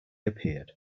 appeared